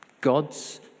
God's